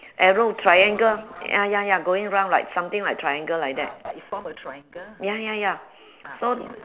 arrow triangle ya ya ya going round like something like triangle like that ya ya ya so